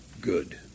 good